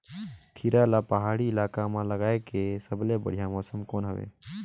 खीरा ला पहाड़ी इलाका मां लगाय के सबले बढ़िया मौसम कोन हवे?